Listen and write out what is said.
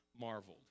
marveled